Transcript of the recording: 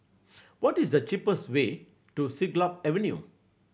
what is the cheapest way to Siglap Avenue